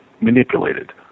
manipulated